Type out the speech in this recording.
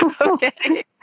Okay